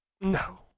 No